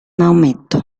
maometto